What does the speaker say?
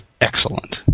excellent